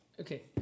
Okay